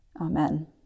Amen